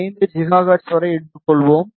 5 gigahertz வரை எடுத்துக் கொள்ளலாம்